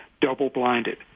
double-blinded